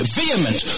vehement